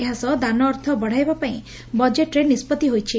ଏହା ସହ ଦାନ ଅର୍ଥ ବଡ଼ାଇବା ପାଇଁ ବଜେଟ୍ରେ ନିଷ୍ବଉି ହୋଇଛି